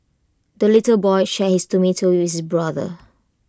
the little boy shared his tomato with his brother